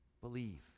Believe